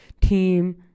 team